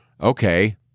okay